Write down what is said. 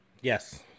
Yes